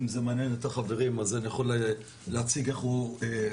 אם זה מעניין את החברים אז אני יכול להציג איך הוא נראה.